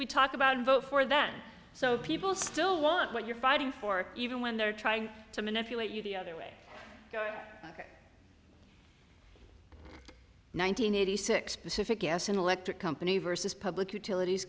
we talk about vote for then so people still want what you're fighting for even when they're trying to manipulate you the other way nine hundred eighty six pacific gas and electric company versus public utilities